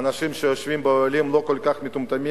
האנשים שיושבים באוהלים לא כל כך מטומטמים